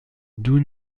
dun